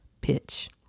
pitch